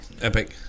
Epic